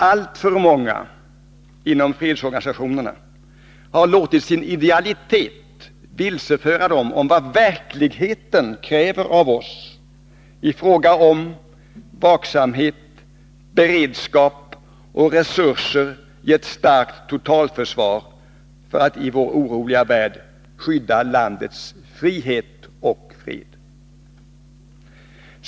Alltför många inom fredsorganisationerna har låtit sin idealitet vilseföra dem om vad verkligheten kräver av oss i fråga om vaksamhet, beredskap och resurser i ett starkt totalförsvar för att i vår oroliga värld skydda landets frihet och fred.